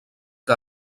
que